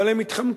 אבל הם מתחמקים